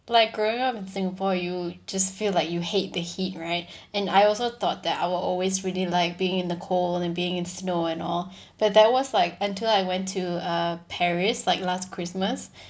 like growing up in singapore you just feel like you hate the heat right and I also thought that I will always really like being in the cold and being in snow and all but that was like until I went to uh paris like last christmas